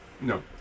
No